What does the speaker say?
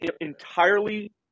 entirely